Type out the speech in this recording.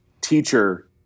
teacher